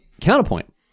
counterpoint